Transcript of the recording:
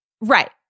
Right